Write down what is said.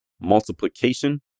multiplication